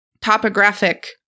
topographic